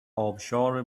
ابشار